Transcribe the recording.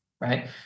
Right